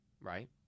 right